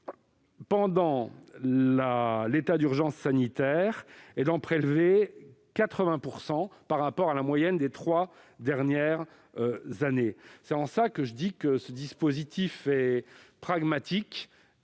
pendant l'état d'urgence sanitaire et d'en prélever 80 % par rapport à la moyenne des trois dernières années. C'est pour cela que je dis que ce dispositif est pragmatique